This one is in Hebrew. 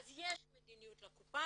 אז יש מדיניות לקופה הזאת,